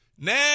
Now